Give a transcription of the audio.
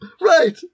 Right